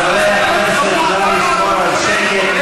חברי הכנסת, נא לשמור על שקט.